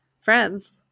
friends